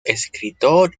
escritor